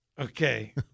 Okay